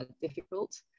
difficult